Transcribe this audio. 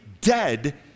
dead